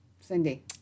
Cindy